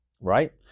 right